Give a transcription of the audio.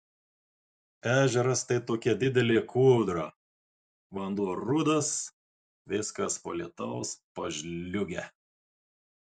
ežeras tai tokia didelė kūdra vanduo rudas viskas po lietaus pažliugę